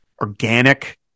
organic